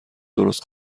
درست